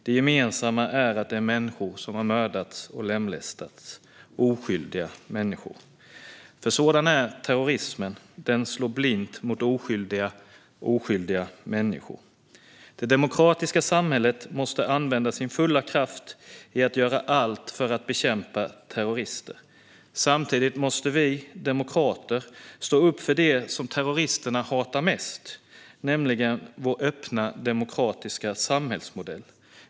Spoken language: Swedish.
Det gemensamma är att det är oskyldiga människor som har mördats och lemlästats. Sådan är nämligen terrorismen - den slår blint mot oskyldiga människor. Det demokratiska samhället måste använda sin fulla kraft till att göra allt för att bekämpa terrorister. Samtidigt måste vi demokrater stå upp för det som terroristerna hatar mest, nämligen vår öppna, demokratiska samhällsmodell.